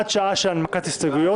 עד שעה של הנמקת הסתייגויות.